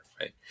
right